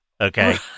Okay